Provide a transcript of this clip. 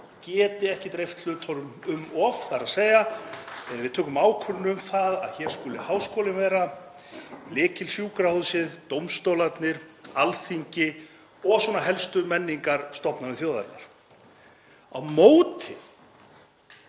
geti ekki dreift hlutunum um of, þ.e. við tökum ákvörðun um að hér skuli háskólinn vera, lykilsjúkrahúsið, dómstólarnir, Alþingi og helstu menningarstofnanir þjóðarinnar. Á móti